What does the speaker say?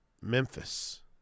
Memphis